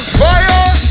fire